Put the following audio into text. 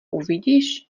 uvidíš